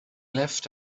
left